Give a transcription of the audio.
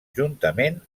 juntament